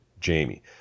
Jamie